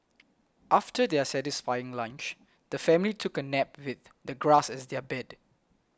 after their satisfying lunch the family took a nap with the grass as their bed